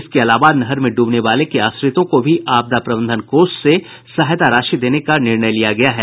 इसके अलावा नहर में ड्बने वाले के आश्रितों को भी आपदा प्रबंधन कोष से सहायता राशि देने का निर्णय लिया गया है